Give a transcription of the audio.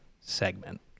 segment